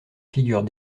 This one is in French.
figures